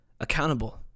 accountable